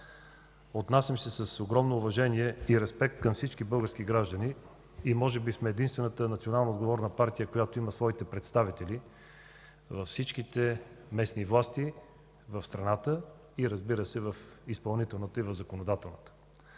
Отнасям се с огромно уважение и респект към всички български граждани. Ние може би сме единствената национално отговорна партия, която има своите представители във всичките местни власти в страната и, разбира се, и в изпълнителната, и в законодателната.